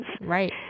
Right